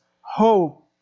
hope